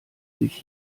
sich